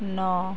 ন